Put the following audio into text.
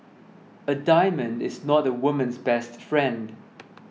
a diamond is not a woman's best friend